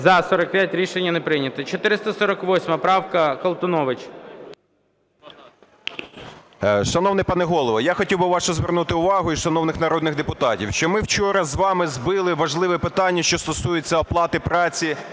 За-45 Рішення не прийнято. 448 правка, Колтунович. 10:16:54 КОЛТУНОВИЧ О.С. Шановний пане Голово! Я хотів би вашу звернути увагу і шановних народний депутатів, що ми вчора з вами "збили" важливе питання, що стосується оплати праці